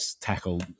tackle